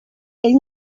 ell